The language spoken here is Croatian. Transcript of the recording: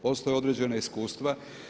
Postoje određena iskustva.